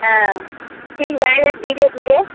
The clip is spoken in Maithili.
एँ ठीक भए जायत धीरे धीरे